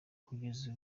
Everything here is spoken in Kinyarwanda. kugeza